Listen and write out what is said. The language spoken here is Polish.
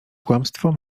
kłamstwo